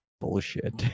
bullshit